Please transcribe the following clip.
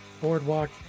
boardwalk